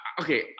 Okay